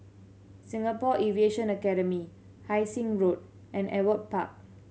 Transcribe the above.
Singapore Aviation Academy Hai Sing Road and Ewart Park